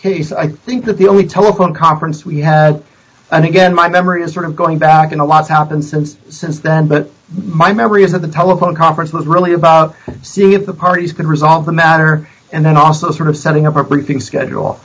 case i think that the only telephone conference we had and again my memory is sort of going back and a lot's happened since since then but my memory is that the telephone conference was really about c of the parties can resolve the matter and then also sort of setting appropriate things schedule